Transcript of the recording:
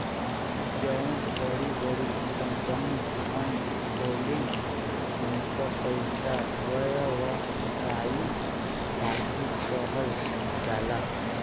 जउन बड़की बड़की कंपमीअन होलिन, उन्कर पइसा के व्यवसायी साशी कहल जाला